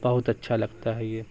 بہت اچھا لگتا ہے یہ